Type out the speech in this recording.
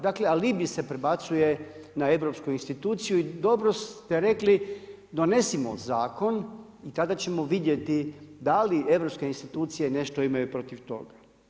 Dakle, alibi se prebacuje na europsku instituciju i dobro ste rekli donesimo zakon i tada ćemo vidjeti da li europske institucije nešto imaju protiv toga.